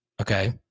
okay